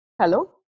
Hello